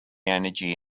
energy